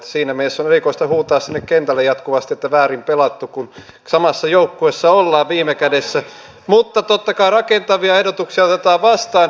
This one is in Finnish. siinä mielessä on erikoista huutaa sinne kentälle jatkuvasti että väärin pelattu kun samassa joukkueessa ollaan viime kädessä mutta totta kai rakentavia ehdotuksia otetaan vastaan